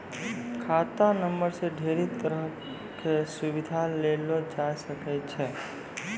खाता नंबरो से ढेरी तरहो के सुविधा लेलो जाय सकै छै